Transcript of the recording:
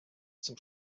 zum